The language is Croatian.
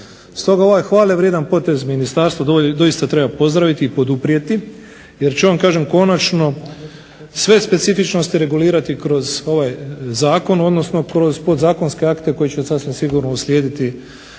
Stoga ovaj hvale vrijedan potez ministarstva doista treba pozdraviti i poduprijeti jer će on konačno sve specifičnosti regulirati kroz ovaj zakon odnosno kroz podzakonske akte koji će uslijediti